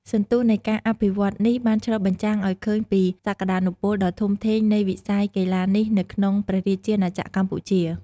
សន្ទុះនៃការអភិវឌ្ឍន៍នេះបានឆ្លុះបញ្ចាំងឱ្យឃើញពីសក្ដានុពលដ៏ធំធេងនៃវិស័យកីឡានេះនៅក្នុងព្រះរាជាណាចក្រកម្ពុជា។